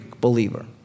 believer